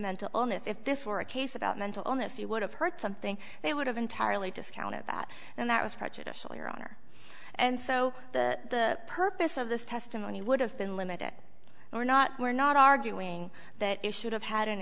mental illness if this were a case about mental illness you would have heard something they would have entirely discounted that and that was prejudicial your honor and so the purpose of this testimony would have been limited or not we're not arguing that it should have had an